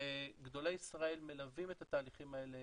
וגדולי ישראל מלווים את התהליכים האלה